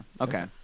Okay